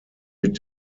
mit